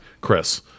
Chris